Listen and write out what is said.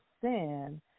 sin